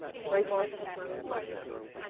a trademark is a brand.